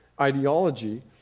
ideology